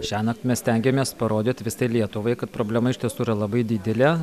šiąnakt mes stengiamės parodyt visai lietuvai kad problema iš tiesų yra labai didelė